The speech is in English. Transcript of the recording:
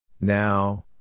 Now